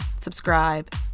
subscribe